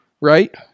right